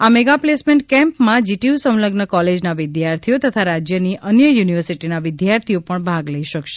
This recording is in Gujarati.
આ મેગા પ્લેસમેન્ટ કેમ્પમાં જીટીયુ સંલઝન કોલેજના વિદ્યાર્થીઓ તથા રાજ્યની અન્ય યુનિવર્સિટીના વિદ્યાર્થીઓ પણ ભાગ લઈ શકશે